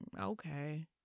okay